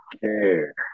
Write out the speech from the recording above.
care